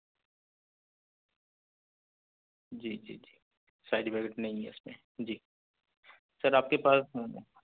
جی جی جی side effect نہیں ہے اس میں جی سر آپ کے پاس فون ہے